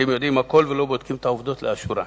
שהם יודעים הכול, ולא בודקים את העובדות לאשורן.